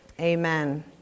Amen